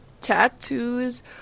Tattoos